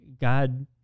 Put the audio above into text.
God